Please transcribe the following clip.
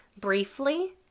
briefly